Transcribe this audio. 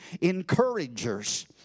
encouragers